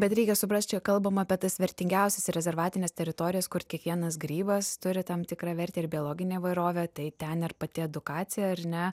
bet reikia suprast čia kalbam apie tas vertingiausias rezervatines teritorijas kur kiekvienas grybas turi tam tikrą vertę ir biologinė įvairovė tai ten ir pati edukacija ar ne